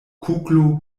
kuglo